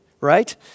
right